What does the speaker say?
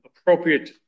appropriate